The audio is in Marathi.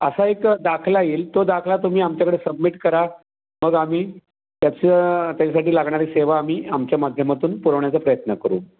असा एक दाखला येईल तो दाखला तुम्ही आमच्याकडे सबमिट करा मग आम्ही त्याचं त्याच्यासाठी लागणारी सेवा आम्ही आमच्या माध्यमातून पुरवण्याचा प्रयत्न करू